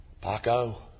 Paco